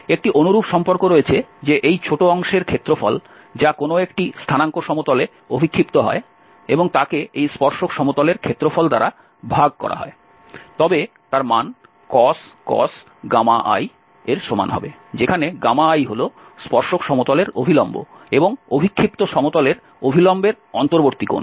একটি অনুরূপ সম্পর্ক রয়েছে যে এই ছোট অংশের ক্ষেত্রফল যা কোনও একটি স্থানাঙ্ক সমতলে অভিক্ষিপ্ত হয় এবং তাকে এই স্পর্শক সমতলের ক্ষেত্রফল দ্বারা ভাগ করা হয় তবে তার মান cos i এর সমান হবে যেখানে i হল স্পর্শক সমতলের অভিলম্ব এবং অভিক্ষিপ্ত সমতলের অভিলম্বের অন্তর্বর্তী কোণ